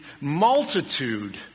multitude